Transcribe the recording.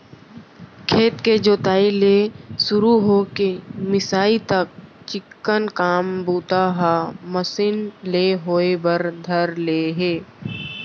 खेत के जोताई ले सुरू हो के मिंसाई तक चिक्कन काम बूता ह मसीन ले होय बर धर ले हे